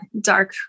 dark